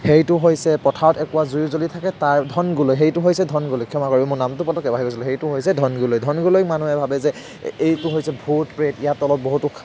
সেইটো হৈছে পথাৰত একুৰা জুই জ্বলি থাকে তাক ধনগুলৈ সেইটো হৈছে ধন গুলৈ ক্ষমা কৰিব মোৰ নামটো পতককৈ পাহৰি গৈছিলোঁ সেইটো হৈছে ধনগুলৈ ধনগুলৈক মানুহে ভাবে যে এই এইটো হৈছে ভূত প্ৰেত ইয়াৰ তলত বহুতো